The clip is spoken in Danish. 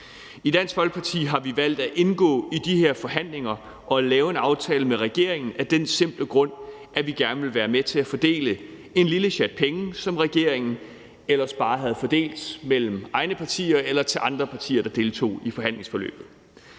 I Dansk Folkeparti har vi valgt at indgå i de her forhandlinger og lave en aftale med regeringen af den simple grund, at vi gerne vil være med til at fordele en lille sjat penge, som regeringen ellers bare havde fordelt mellem egne partier eller givet til andre partier, der deltog i forhandlingsforløbet.